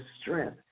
strength